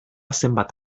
zenbat